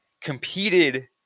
competed